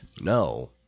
No